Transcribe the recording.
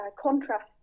contrast